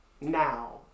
now